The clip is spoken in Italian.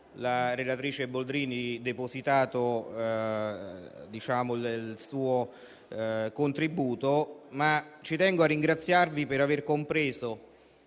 la relatrice Boldrini offerto il suo contributo, ma ci tengo a ringraziarvi per aver compreso